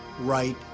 right